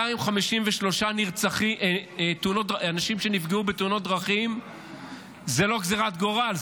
253 אנשים שנפגעו בתאונות דרכים זו לא גזרת גורל,